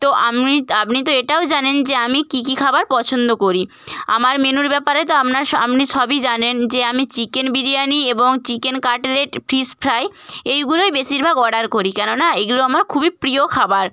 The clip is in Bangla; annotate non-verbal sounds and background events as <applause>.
তো আমি আপনি তো এটাও জানেন যে আমি কী কী খাবার পছন্দ করি আমার মেনুর ব্যাপারে তো আপনার <unintelligible> আপনি সবই জানেন যে আমি চিকেন বিরিয়ানি এবং চিকেন কাটলেট ফিশ ফ্রাই এইগুলোই বেশিরভাগ অর্ডার করি কেননা এইগুলো আমার খুবই প্রিয় খাবার